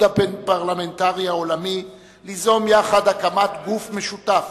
הבין-פרלמנטרי העולמי ליזום יחד הקמת גוף משותף